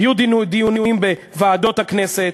היו דיונים בוועדות הכנסת,